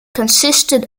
consisted